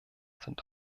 sind